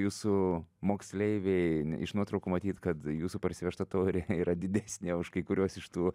jūsų moksleiviai iš nuotraukų matyt kad jūsų parsivežta taurė yra didesnė už kai kuriuos iš tų